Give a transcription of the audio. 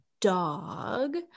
dog